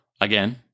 again